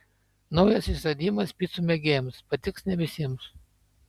naujas išradimas picų mėgėjams patiks ne visiems